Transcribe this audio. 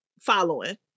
following